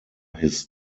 his